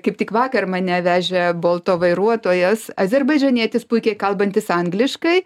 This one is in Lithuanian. kaip tik vakar mane vežė bolto vairuotojas azerbaidžanietis puikiai kalbantis angliškai